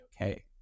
okay